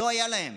לא היה להם,